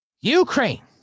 Ukraine